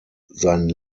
sein